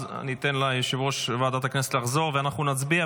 אני אתן ליושב-ראש ועדת הכנסת לחזור ואנחנו נצביע,